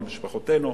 על משפחותינו,